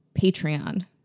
patreon